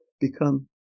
become